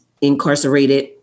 incarcerated